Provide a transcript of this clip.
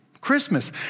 Christmas